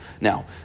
Now